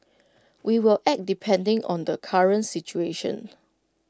we will act depending on the current situation